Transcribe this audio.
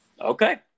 Okay